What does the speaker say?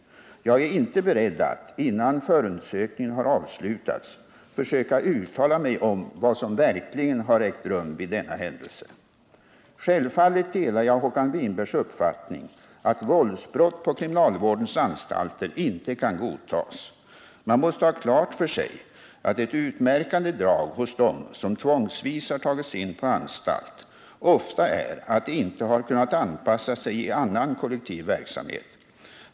Jag är inte beredd att, innan förundersökningen har avslutats, försöka uttala mig om vad som ” verkligen har ägt rum vid denna händelse”. Självfallet delar jag Håkan Winbergs uppfattning att våldsbrott på kriminalvårdens anstalter inte kan godtas. Man måste ha klart för sig att ett utmärkande drag hos dem som tvångsvis har tagits in på anstalt ofta är att de inte har kunnat anpassa sig i annan kollektiv verksamhet.